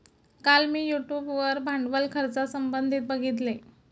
काल मी यूट्यूब वर भांडवल खर्चासंबंधित बघितले